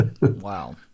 Wow